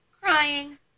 crying